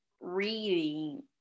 reading